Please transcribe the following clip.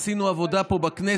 עשינו פה עבודה בכנסת